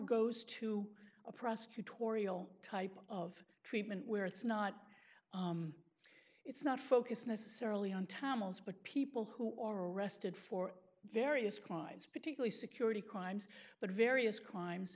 goes to a prosecutorial type of treatment where it's not it's not focused necessarily on tamils but people who are arrested for various crimes particularly security crimes but various crimes